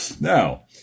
Now